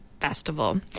Festival